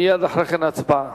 ומייד אחרי כן הצבעה.